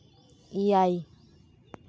ᱮᱭᱟᱭ